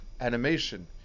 animation